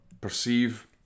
perceive